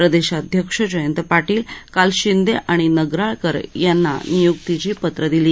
प्रदेशाध्यक्ष जयंत पाधील काल शिंदे आणि नगराळकर यांना नियुक्तीची पत्रं दिली